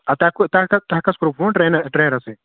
اد تۄہہِ کُس تۄہہِ کَس تۄہہِ کَس کوٚرو فون ٹرینَر ٹرینرَسے